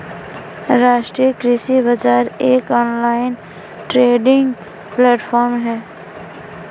राष्ट्रीय कृषि बाजार एक ऑनलाइन ट्रेडिंग प्लेटफॉर्म है